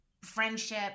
friendship